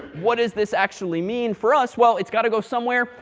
what does this actually mean for us? well, it's got to go somewhere.